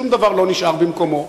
שום דבר לא נשאר במקומו.